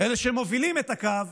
אלה שמובילים את הקו,